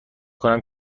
کنم